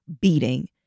beating